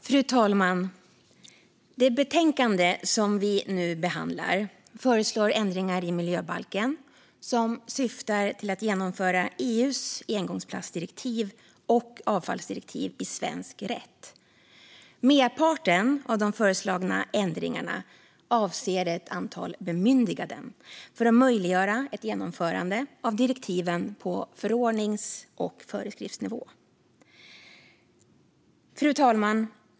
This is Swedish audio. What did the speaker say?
Fru talman! I det betänkande vi nu behandlar föreslås ändringar i miljöbalken som syftar till att genomföra EU:s engångsplastdirektiv och avfallsdirektiv i svensk rätt. Merparten av de föreslagna ändringarna avser ett antal bemyndiganden för att möjliggöra ett genomförande av direktiven på förordnings och föreskriftsnivå. Fru talman!